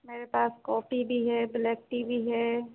मेरे पास कॉफी भी है ब्लैक टी भी है